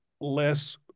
less